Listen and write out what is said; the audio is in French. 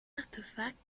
artefacts